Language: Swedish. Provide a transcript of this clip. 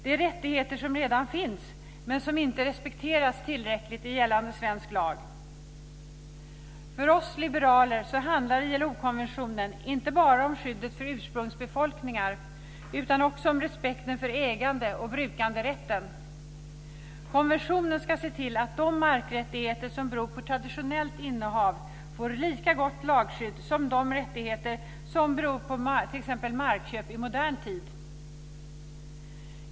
Det är rättigheter som redan finns men som inte respekteras tillräckligt i gällande svensk lag. För oss liberaler handlar ILO-konventionen inte bara om skyddet för ursprungsbefolkningar utan också om respekten för ägande och brukanderätten. Konventionen ska se till att de markrättigheter som beror på traditionellt innehav får lika gott lagskydd som de rättigheter som beror på t.ex. markköp i modern tid.